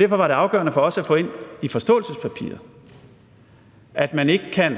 Derfor var det afgørende for os at få ind i forståelsespapiret, at man ikke kan